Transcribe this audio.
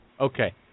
Okay